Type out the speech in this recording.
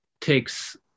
takes